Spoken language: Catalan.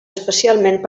especialment